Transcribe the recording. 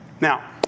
Now